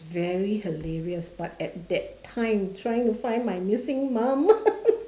very hilarious but at that time trying to find my missing mum